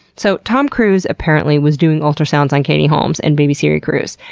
so tom cruise apparently was doing ultrasounds on katie holmes and baby suri cruise.